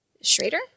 Schrader